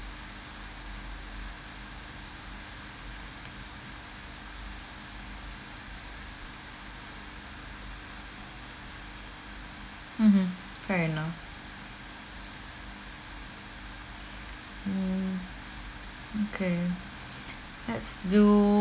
mmhmm fair enough mm mm kay let's do